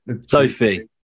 Sophie